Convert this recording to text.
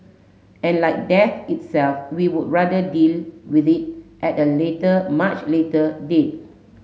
and like death itself we would rather deal with it at a later much later date